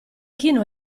chinò